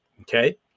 Okay